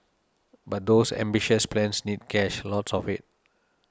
but those ambitious plans need cash lots of it